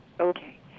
Okay